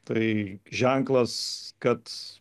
tai ženklas kad